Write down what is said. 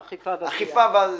רשות האכיפה והגבייה.